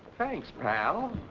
thanks, pal.